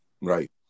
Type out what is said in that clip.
right